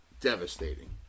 devastating